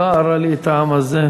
ועתה לכה נא אָרָה לי את העם הזה."